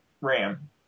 ram